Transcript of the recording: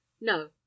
no